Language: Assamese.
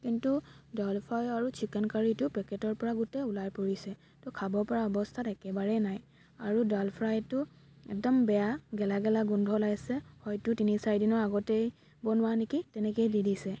কিন্তু দাল ফ্ৰাই আৰু চিকেন কাৰীটো পেকেটৰপৰা গোটেই ওলাই পৰিছে এইটো খাব পৰা অৱস্থাত একেবাৰে নাই আৰু দাল ফ্ৰাইটো একদম বেয়া গেলা গেলা গোন্ধ ওলাইছে হয়তো তিনি চাৰিদিনৰ আগতেই বনোৱা নেকি তেনেকৈয়ে দি দিছে